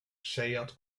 seat